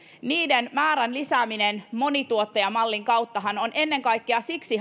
niiden määrän lisääminen monituottajamallin kauttahan on haluttu linjaukseksi ennen kaikkea siksi